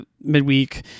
midweek